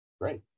great